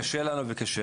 קשה לנו וקשה.